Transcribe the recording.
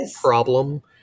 problem